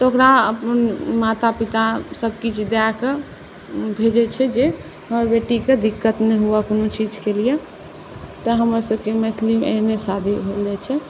तऽ ओकरा माता पिता सबकिछु दऽ कऽ भेजै छै जे हमर बेटीके दिक्कत नहि हुअए कोनो चीजकेलिए तऽ हमरसबके मैथिलमे एहने शादी होइल जाइ छै